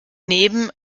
neben